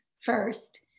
first